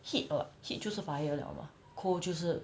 heat [what] heat 就是 fire liao mah cold 就是